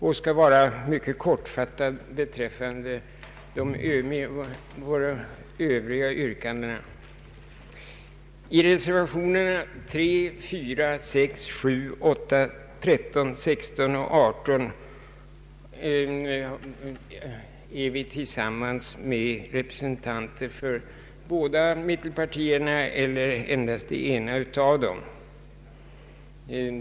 Jag skall fatta mig mycket kort beträffande de övriga yrkandena. I reservationerna 3, 4, 6, 7, 8, 13, 16 och 18 är vi tillsammans med representanter för båda mittenpartierna eller det ena av dem.